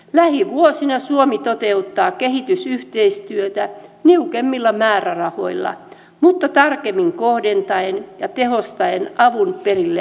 lähivuosina suomi toteuttaa kehitysyhteistyötä niukemmilla määrärahoilla mutta tarkemmin kohdentaen ja tehostaen avun perillemenoa